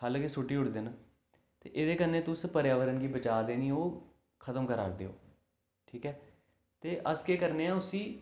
हालाकें सुट्टी ओड़दे न ते एह्दे कन्नै तुस पर्यावरण गी बचा दे निं ओ खत्म करा दे ओ ते ठीक ऐ अस केह् करने आं उस्सी